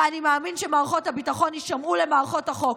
ואני מאמין שמערכות הביטחון יישמעו למערכות החוק.